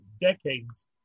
decades